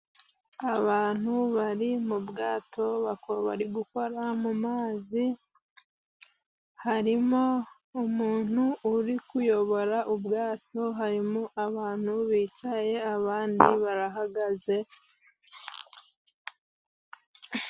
Abantu bari mu bwato bakaba bari gukora mu mazi. Harimo umuntu uri kuyobora ubwato, harimo abantu bicaye abandi barahagaze.